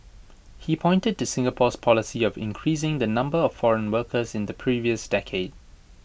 he pointed to Singapore's policy of increasing the number of foreign workers in the previous decade